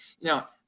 now